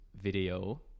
video